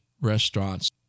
restaurants